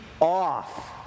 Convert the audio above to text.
off